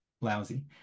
lousy